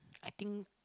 I think